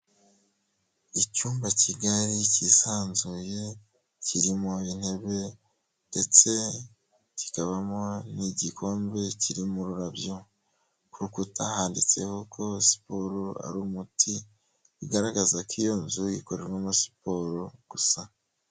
Icyumba cyigari cyisanzuye, kirimo intebe ndetse kikabamo n'igikombe kirimo ururabyo, ku rukuta handitseho ko siporo ari umuti, bigaragaza ko iyo nzu ikoreramo siporo gusa.